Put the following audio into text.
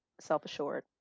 self-assured